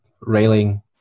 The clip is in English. railing